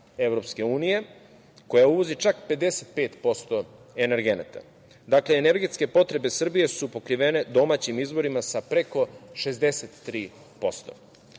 Evropske unije, koja uvozi čak 55% energenata. Dakle, energetske potrebe Srbije su pokrivene domaćim izvorima sa preko